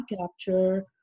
capture